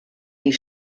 die